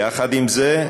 יחד עם זה,